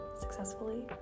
successfully